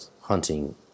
hunting